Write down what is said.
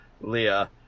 leah